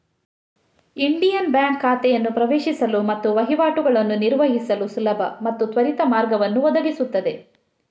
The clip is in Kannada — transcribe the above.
ಇಂಡಿಯನ್ ಬ್ಯಾಂಕ್ ಖಾತೆಯನ್ನು ಪ್ರವೇಶಿಸಲು ಮತ್ತು ವಹಿವಾಟುಗಳನ್ನು ನಿರ್ವಹಿಸಲು ಸುಲಭ ಮತ್ತು ತ್ವರಿತ ಮಾರ್ಗವನ್ನು ಒದಗಿಸುತ್ತದೆ